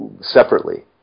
separately